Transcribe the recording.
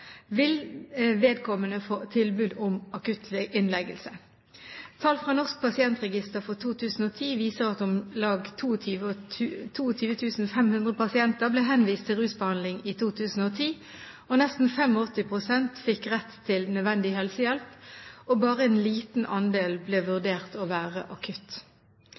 vil vedkommende få tilbud om akutt innleggelse. Tall fra Norsk pasientregister for 2010 viser at om lag 22 500 pasienter ble henvist til rusbehandling i 2010. Nesten 85 pst. fikk rett til nødvendig helsehjelp, og bare en liten andel ble vurdert å være akutt.